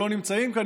שלא נמצאים כאן,